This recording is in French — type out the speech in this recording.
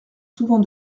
souvent